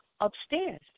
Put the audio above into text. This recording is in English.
upstairs